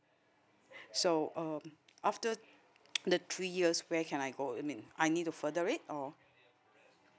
so um after the three years where can I go I mean I need to further it or